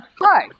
hi